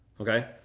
Okay